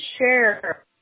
share